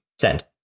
send